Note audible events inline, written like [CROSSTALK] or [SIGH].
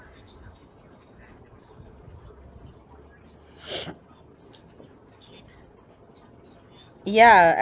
[NOISE] ya I